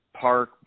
park